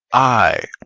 i,